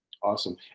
Awesome